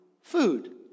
food